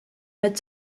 red